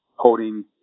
holding